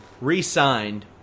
re-signed